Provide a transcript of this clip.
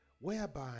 whereby